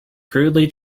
crudely